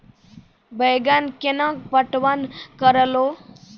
बैंगन केना पटवन करऽ लो?